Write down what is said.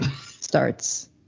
starts